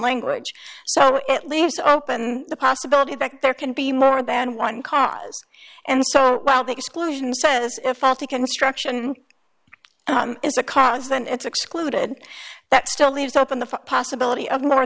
language so it leaves open the possibility that there can be more than one cause and so while the exclusion says if the construction is a cause then it's excluded that still leaves open the possibility of more